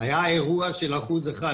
היה אירוע של אחוז אחד,